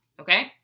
okay